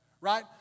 right